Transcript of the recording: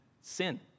sin